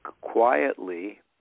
quietly